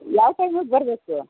ಯಾವ ಟೈಮಿಗೆ ಬರಬೇಕು